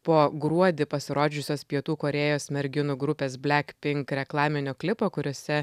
po gruodį pasirodžiusios pietų korėjos merginų grupės black pink reklaminio klipo kuriose